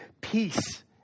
peace